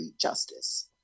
justice